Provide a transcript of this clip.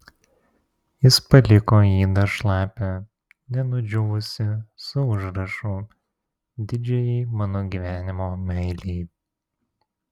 jis paliko jį dar šlapią nenudžiūvusį su užrašu didžiajai mano gyvenimo meilei